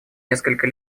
несколько